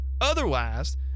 otherwise